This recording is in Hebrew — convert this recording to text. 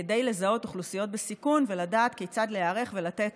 כדי לזהות אוכלוסיות בסיכון ולדעת כיצד להיערך ולתת